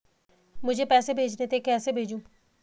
मुझे पैसे भेजने थे कैसे भेजूँ?